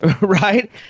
right